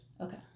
Okay